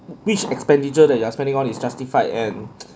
which expenditure that you are spending on is justified and